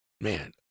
man